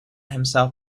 himself